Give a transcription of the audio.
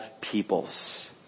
peoples